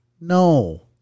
No